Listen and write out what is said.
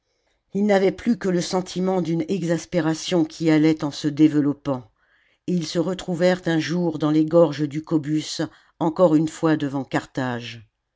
ils n'avaient plus que le sentiment d'une exaspération qui allait en se développant et ils se retrouvèrent un jour dans les gorges du cobus encore une fois devant carthage